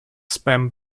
spam